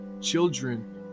children